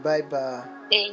Bye-bye